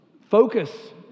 focus